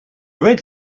red